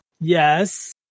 Yes